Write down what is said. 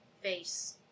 face